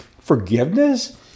Forgiveness